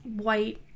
white